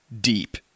deep